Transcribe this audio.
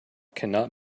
cannot